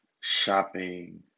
shopping